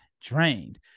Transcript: drained